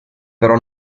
però